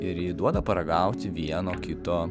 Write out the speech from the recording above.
ir ji duoda paragauti vieno kito